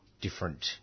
different